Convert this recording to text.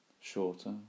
shorter